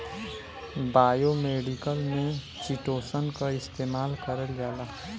biomedical में chitosan क इस्तेमाल करल जाला